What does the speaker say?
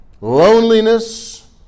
loneliness